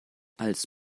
als